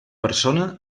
persona